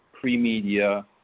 pre-media